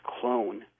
clone